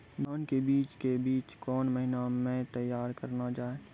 धान के बीज के बीच कौन महीना मैं तैयार करना जाए?